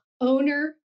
Owner